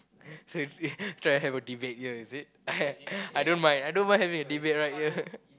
so if if try and have a debate here is it I I don't mind I don't mind having a debate right here